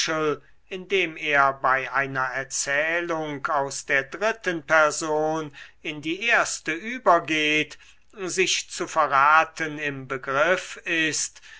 indem er bei einer erzählung aus der dritten person in die erste übergeht sich zu verraten im begriff ist